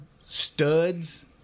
studs